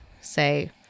say